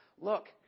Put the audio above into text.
Look